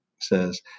says